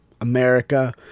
america